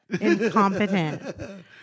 Incompetent